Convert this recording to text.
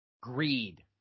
Greed